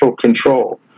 control